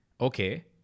okay